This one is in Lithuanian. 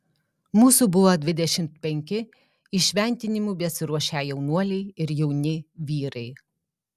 mūsų buvo dvidešimt penki įšventinimui besiruošią jaunuoliai ir jauni vyrai